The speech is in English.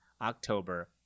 October